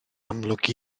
amlwg